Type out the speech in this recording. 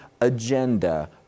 agenda